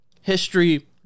history